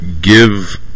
give